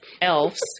elves